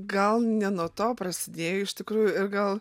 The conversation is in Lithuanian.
gal ne nuo to prasidėjo iš tikrųjų ir gal